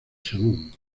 shannon